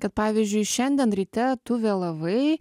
kad pavyzdžiui šiandien ryte tu vėlavai